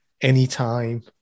anytime